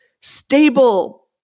stable